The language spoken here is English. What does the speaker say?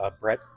Brett